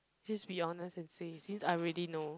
please be honest and say since I already know